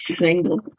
single